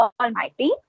almighty